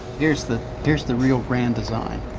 here's the here's the real grand design.